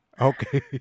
Okay